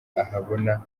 ahabona